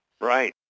right